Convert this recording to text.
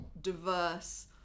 diverse